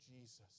Jesus